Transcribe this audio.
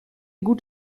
gut